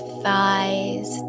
thighs